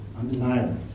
undeniable